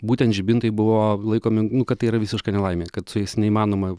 būtent žibintai buvo laikomi nu kad tai yra visiška nelaimė kad su jais neįmanoma